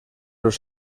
los